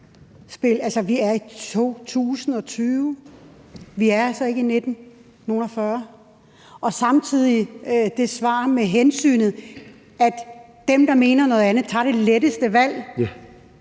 vi er i 2020 og ikke i 1940'erne, og samtidig er der det svar med hensyn til, at dem, der mener noget andet, tager det letteste valg.